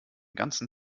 ganzen